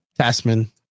Tasman